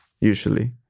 usually